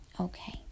Okay